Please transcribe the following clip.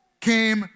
came